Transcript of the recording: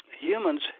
Humans